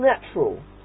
natural